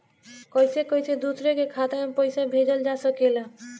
कईसे कईसे दूसरे के खाता में पईसा भेजल जा सकेला?